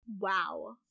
wow